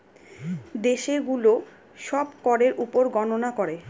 দেশে গুলো সব করের উপর গননা করে